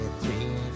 three